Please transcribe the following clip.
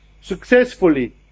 successfully